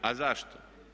A zašto?